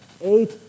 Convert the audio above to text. eight